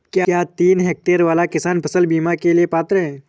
क्या तीन हेक्टेयर वाला किसान फसल बीमा के लिए पात्र हैं?